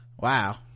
Wow